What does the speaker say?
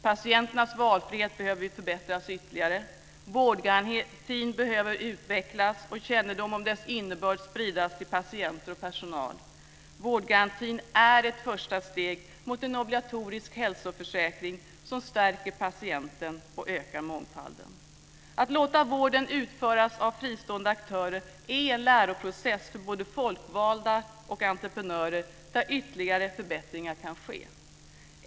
Patienternas valfrihet behöver förbättras ytterligare. Vårdgarantin behöver utvecklas och kännedom om dess innebörd spridas till patienter och personal. Vårdgarantin är ett första steg mot en obligatorisk hälsoförsäkring som stärker patienten och ökar mångfalden. Att låta vården utföras av fristående aktörer är en läroprocess för både folkvalda och entreprenörer där ytterligare förbättringar kan ske.